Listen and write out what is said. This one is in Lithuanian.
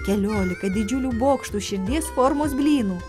keliolika didžiulių bokštų širdies formos blynų